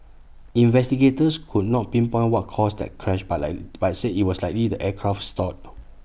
investigators could not pinpoint what caused that crash but I but I said IT was likely the aircraft stalled